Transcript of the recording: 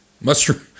Mushroom